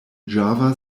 java